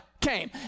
came